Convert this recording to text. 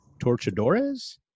Torchadores